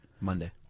Monday